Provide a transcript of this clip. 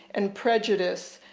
and prejudice,